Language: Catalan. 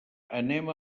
anem